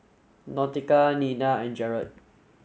Nautica Nina and Jared